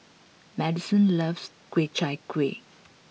Madison loves Ku Chai Kuih